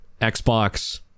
Xbox